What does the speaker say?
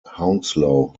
hounslow